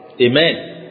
Amen